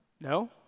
No